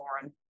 foreign